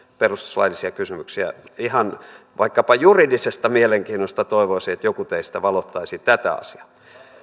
perustuslaillisia kysymyksiä ihan vaikkapa juridisesta mielenkiinnosta toivoisin että joku teistä valottaisi tätä asiaa